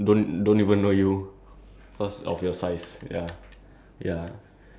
like that will be like the biggest private like the best private investi~ um investigator